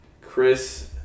Chris